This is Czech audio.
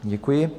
Děkuji.